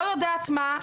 לא יודעת מה,